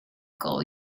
call